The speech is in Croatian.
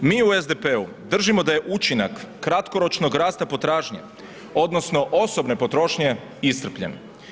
Mi u SDP-u, držimo da je učinak, kratkoročnog rasta potražnje, odnosno, osobne potrošnje iscrpljen.